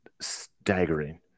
staggering